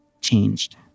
changed